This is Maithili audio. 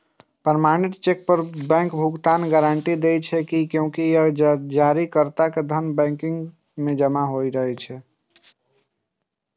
प्रमाणित चेक पर बैंक भुगतानक गारंटी दै छै, कियैकि जारीकर्ता के धन बैंक मे जमा रहै छै